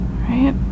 right